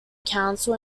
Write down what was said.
council